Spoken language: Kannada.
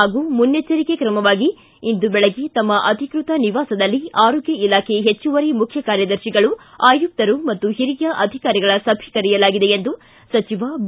ಹಾಗೂ ಮುನ್ನೆಚ್ಚರಿಕೆ ತ್ರಮವಾಗಿ ಇಂದು ಬೆಳಗ್ಗೆ ತಮ್ಮ ಅಧಿಕೃತ ನಿವಾಸದಲ್ಲಿ ಆರೋಗ್ಯ ಇಲಾಖೆ ಹೆಚ್ಚುವರಿ ಮುಖ್ಯ ಕಾರ್ಯದರ್ತಿಗಳು ಆಯುಕ್ತರು ಮತ್ತು ಹಿರಿಯ ಅಧಿಕಾರಿಗಳ ಸಭೆ ಕರೆಯಲಾಗಿದೆ ಎಂದು ಸಚಿವ ಬಿ